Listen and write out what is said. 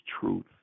truth